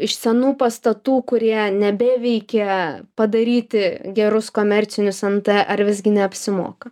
iš senų pastatų kurie nebeveikia padaryti gerus komercinius nt ar visgi neapsimoka